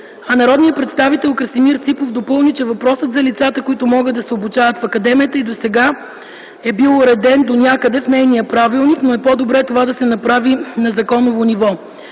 а народният представител Красимир Ципов допълни, че въпросът за лицата, които могат да се обучават в академията, и досега е бил уреден донякъде в нейния правилник, но е по-добре това да се направи на законово ниво.